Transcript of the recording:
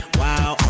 wow